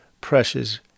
precious